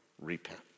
repent